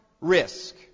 risk